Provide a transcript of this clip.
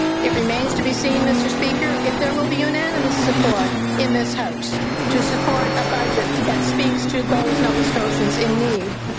it remains to be seen, mr. speaker, if there will be unanimous support in this house to support a budget that speaks to those nova scotians in need.